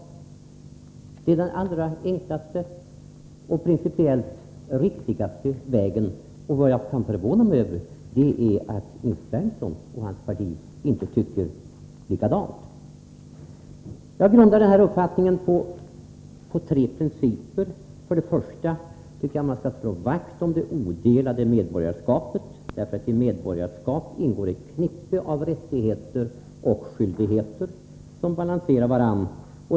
Det är den allra enklaste och principiellt riktigaste vägen, och vad jag förvånar mig över är att Nils Berndtson och hans parti inte tycker likadant. Jag grundar min uppfattning på tre principer. För det första tycker jag att man skall slå vakt om det odelade medborgarskapet. I medborgarskapet ingår nämligen ett knippe av rättigheter och skyldigheter som balanserar varandra.